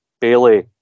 Bailey